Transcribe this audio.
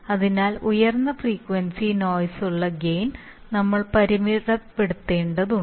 അതിനാൽ ഉയർന്ന ഫ്രീക്വൻസി നോയിസ്നുള്ള ഗെയിൻ നമ്മൾ പരിമിതപ്പെടുത്തേണ്ടതുണ്ട്